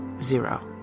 zero